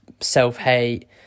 self-hate